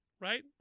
Right